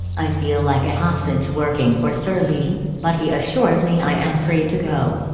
i feel like a hostage working for sir leigh, but he assures me i am free to go.